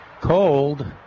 cold